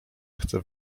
chce